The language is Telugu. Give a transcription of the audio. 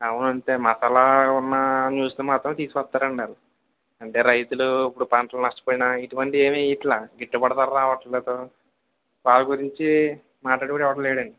అవును అంతే మసాలా ఉన్న న్యూస్ని మాత్రమే తీసుకువస్తారండి వాళ్ళు అంటే రైతులు ఇప్పుడు పంటలు నష్టపోయినా ఇటువంటివి ఏమి ఎయ్యట్లా గిట్టుబాటు ధర రావట్లేదు వాళ్ళ గురించి మాట్లాడేవాడు ఎవడు లేడండి